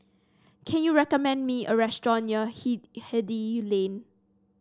can you recommend me a restaurant near Hindhede Lane